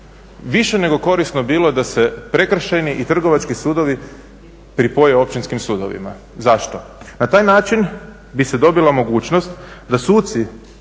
više nego korisno bilo da se prekršajni i trgovački sudovi pripoje općinskim sudovima. Zašto? Na taj način bi se dobila mogućnost da suci